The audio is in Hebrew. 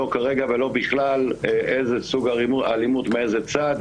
לא כרגע ולא בכלל, איזה סוג אלימות מאיזה צד,